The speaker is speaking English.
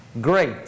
Great